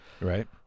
Right